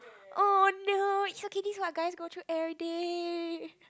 oh no this what guys go through everyday